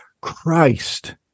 Christ